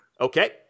Okay